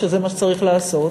שזה מה שצריך לעשות,